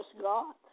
God